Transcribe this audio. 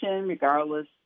regardless